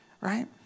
Right